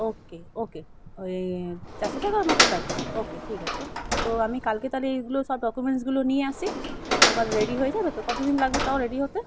ওকে okay এই চারশো টাকা মতন লাগবে ওকে ঠিক আছে তো আমি কালকে তাহলে এইগুলো সব ডকুমেন্টসগুলো নিয়ে আসি আমার রেডি হয়ে যাবে তো কতদিন লাগবে তাও রেডি হতে